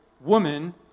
woman